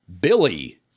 Billy